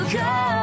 go